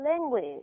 language